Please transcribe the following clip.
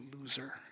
loser